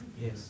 Yes